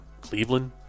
Cleveland